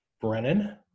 Brennan